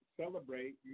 celebrate